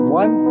one